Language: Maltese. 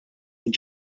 minn